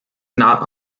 not